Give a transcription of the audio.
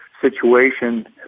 situation